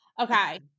Okay